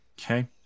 Okay